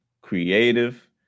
creative